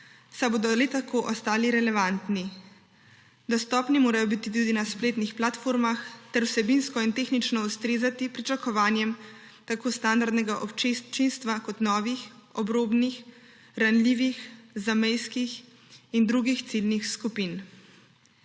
saj bodo le tako ostali relevantni. Dostopni morajo biti tudi na spletnih platformah ter vsebinsko in tehnično ustrezati pričakovanjem tako standardnega občinstva kot novih, obrobnih, ranljivih, zamejskih in drugih ciljnih skupin.